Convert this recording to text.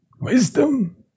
Wisdom